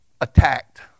attacked